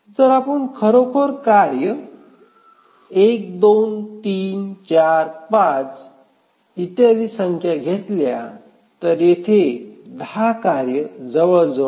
जर आपण खरोखर कार्ये 1 2 3 4 5 इत्यादी संख्या घेतल्या तर येथे 10 कार्ये जवळजवळ 0